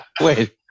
Wait